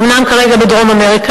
אומנם כרגע בדרום-אמריקה,